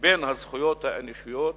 לבין הזכויות האנושיות,